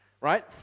Right